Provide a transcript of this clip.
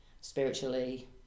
spiritually